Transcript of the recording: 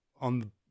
on